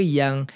yang